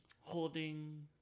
Holding